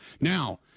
Now